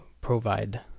provide